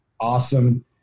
awesome